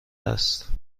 است